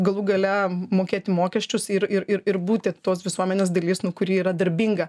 galų gale mokėti mokesčius ir ir ir ir būti tos visuomenės dalis nu kuri yra darbinga